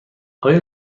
آیا